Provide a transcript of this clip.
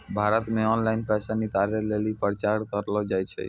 भारत मे ऑनलाइन पैसा निकालै लेली प्रचार करलो जाय छै